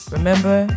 Remember